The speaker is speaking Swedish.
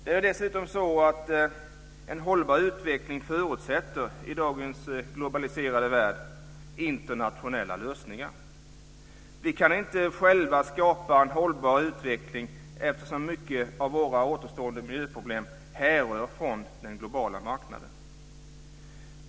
Det är dessutom så att en hållbar utveckling i dagens globaliserade värld förutsätter internationella lösningar. Vi kan inte själva skapa en hållbar utveckling eftersom mycket av våra återstående miljöproblem härrör från den globala marknaden.